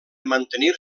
mantenir